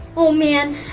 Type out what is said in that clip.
oh man,